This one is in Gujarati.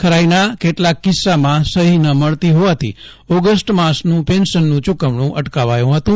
ખરાઇના કેટલાક કિસ્સામાં સહી ન મળતી હોવાથી ઓગષ્ટ માસના પેન્શનનું ચૂકવણું અટકાવાથું હતું